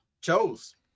chose